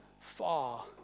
far